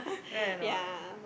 right or not